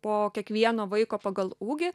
po kiekvieno vaiko pagal ūgį